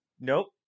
Nope